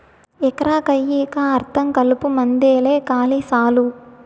ఎకరా కయ్యికా అర్థం కలుపుమందేలే కాలి సాలు